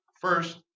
First